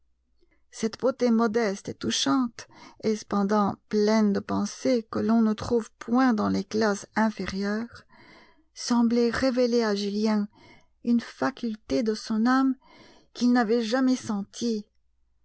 cette beauté modeste et touchante et cependant pleine de pensées que l'on ne trouve point dans les classes inférieures semblait révéler à julien une faculté de son âme qu'il n'avait jamais sentie